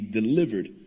delivered